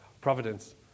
Providence